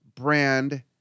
brand